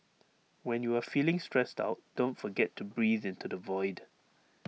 when you are feeling stressed out don't forget to breathe into the void